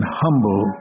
humble